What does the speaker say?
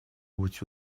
быть